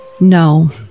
no